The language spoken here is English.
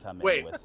Wait